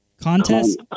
Contest